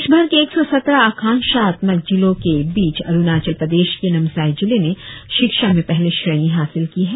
देशभर के एक सौ सत्रह आकांक्षात्मक जिलों के बीच नामसाई जिले ने शिक्षा में पहले श्रेणी हासिल की है